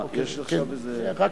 אני רק מברך.